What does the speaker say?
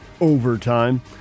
Overtime